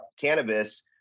cannabis